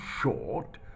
short